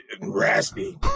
raspy